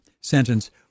sentence